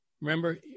Remember